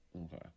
Okay